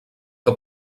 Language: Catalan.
que